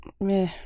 Meh